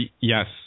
Yes